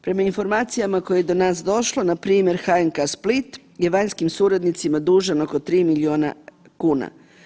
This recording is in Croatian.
Prema informacijama koje je do nas došlo, npr. HNK Split je vanjskim suradnicima dužan oko 3 milijuna kuna.